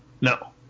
No